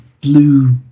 blue